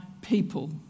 people